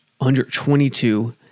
$122